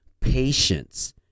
patience